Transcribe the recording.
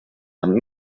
amb